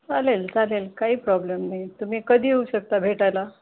चालेल चालेल काही प्रॉब्लम नाही तुम्ही कधी येऊ शकता भेटायला